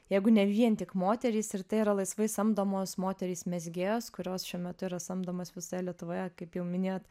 jeigu ne vien tik moterys ir tai yra laisvai samdomos moterys mezgėjos kurios šiuo metu yra samdomos visoje lietuvoje kaip jau minėjot